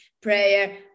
prayer